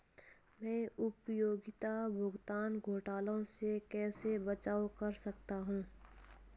मैं उपयोगिता भुगतान घोटालों से कैसे बचाव कर सकता हूँ?